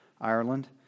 Ireland